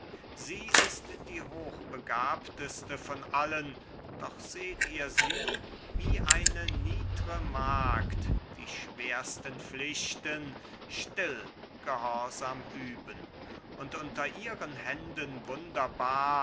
sie ist die hochbegabteste von allen doch seht ihr sie wie eine niedre magd die schwersten pflichten still gehorsam üben und unter ihren händen wunderbar